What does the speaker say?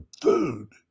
food